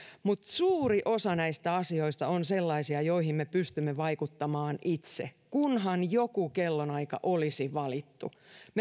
mutta suuri osa näistä asioista on sellaisia joihin me pystymme vaikuttamaan itse kunhan joku kellonaika olisi valittu